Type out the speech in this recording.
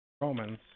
Romans